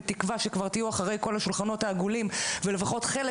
בתקווה שתהיו כבר אחרי כל השולחנות העגולים ולפחות חלק